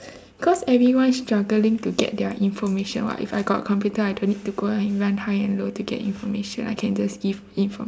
cause everyone is struggling to get their information [what] if I got computer I don't need to run high and low to get information I can just give information